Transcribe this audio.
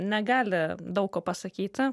negali daug ko pasakyti